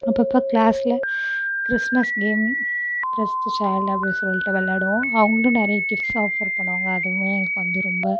அப்பப்போ கிளாஸில் Christmas game Christ child அப்படின்னு சொல்லிட்டு விளாடுவோம் அவங்களும் நிறைய ஃகிப்ட்ஸ் ஆஃபர் பண்ணுவாங்க அதுவுமே எங்களுக்கு வந்து ரொம்ப